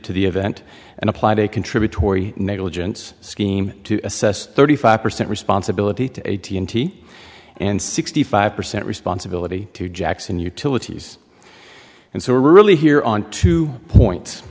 to the event and applied a contributory negligence scheme to assess thirty five percent responsibility to a t n t and sixty five percent responsibility to jackson utilities and so really here on two points